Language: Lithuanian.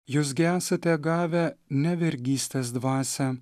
jūs gi esate gavę ne vergystės dvasią